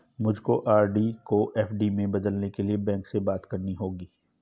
मुझको आर.डी को एफ.डी में बदलने के लिए बैंक में बात करनी होगी